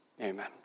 Amen